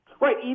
Right